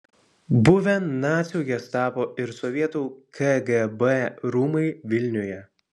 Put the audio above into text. buvę nacių gestapo ir sovietų kgb rūmai vilniuje